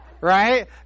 right